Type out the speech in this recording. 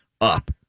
up